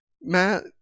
Matt